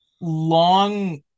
long